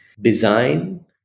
design